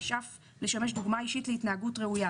ישאף לשמש דוגמה אישית להתנהגות ראויה".